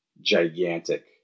gigantic